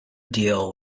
deal